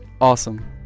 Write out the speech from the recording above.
Awesome